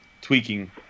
tweaking